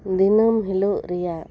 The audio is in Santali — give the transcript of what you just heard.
ᱫᱤᱱᱟᱹᱢ ᱦᱤᱞᱳᱜ ᱨᱮᱭᱟᱜ